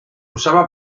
usaba